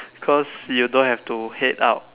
cause you don't have to head out